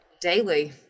daily